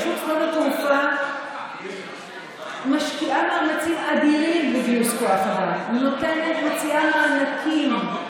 רשות שדות התעופה משקיעה מאמצים אדירים בגיוס כוח אדם: מציעה מענקים,